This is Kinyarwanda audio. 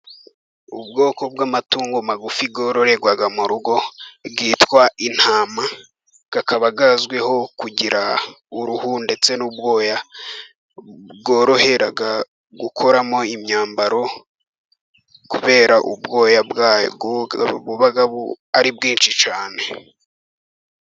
Ubwoko bw'amatungo magufi yororerwa mu rugo yitwa intama. Akaba azwiho kugira uruhu ndetse n'ubwoya bworohera gukoramo imyambaro, kubera ubwoya bwayo buba ari bwinshi cyane.